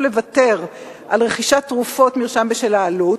לוותר על רכישת תרופות מרשם בשל העלות,